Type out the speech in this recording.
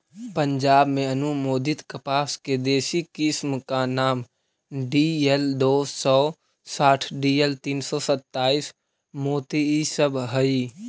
पंजाब में अनुमोदित कपास के देशी किस्म का नाम डी.एल दो सौ साठ डी.एल तीन सौ सत्ताईस, मोती इ सब हई